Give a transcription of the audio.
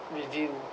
review